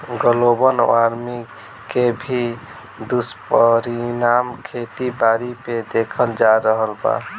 global warming के भी दुष्परिणाम खेती बारी पे देखल जा रहल बा